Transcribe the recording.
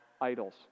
idols